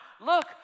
Look